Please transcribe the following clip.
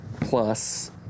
plus